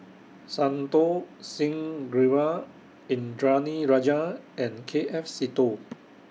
Santokh Singh Grewal Indranee Rajah and K F Seetoh